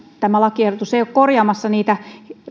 tämä lakiehdotus ei ole korjaamassa niitä